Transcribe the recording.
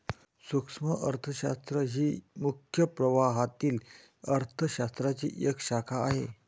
सूक्ष्म अर्थशास्त्र ही मुख्य प्रवाहातील अर्थ शास्त्राची एक शाखा आहे